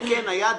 כן,